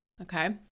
okay